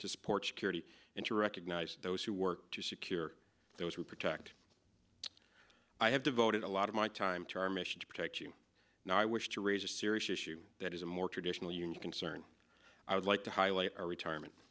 to support security and to recognize those who work to secure those who protect i have devoted a lot of my time to our mission to protect you and i wish to raise a serious issue that is a more traditional union concern i would like to highlight our retirement